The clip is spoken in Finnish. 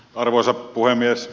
arvoisa puhemies